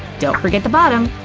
don't forget the bottom!